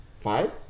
five